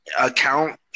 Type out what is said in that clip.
account